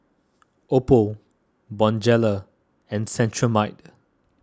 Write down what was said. Oppo Bonjela and Cetrimide